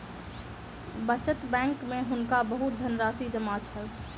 बचत बैंक में हुनका बहुत धनराशि जमा छल